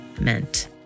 meant